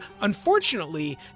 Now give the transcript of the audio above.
Unfortunately